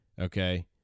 Okay